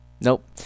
Nope